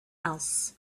else